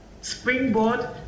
Springboard